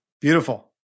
Beautiful